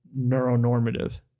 neuronormative